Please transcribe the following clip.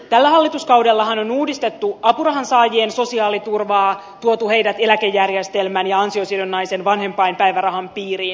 tällä hallituskaudellahan on uudistettu apurahansaajien sosiaaliturvaa tuotu heidät eläkejärjestelmän ja ansiosidonnaisen vanhempainpäivärahan piiriin